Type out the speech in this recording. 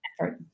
effort